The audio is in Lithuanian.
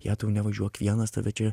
jei tu nevažiuok vienas tave čia